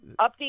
Update